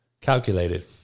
calculated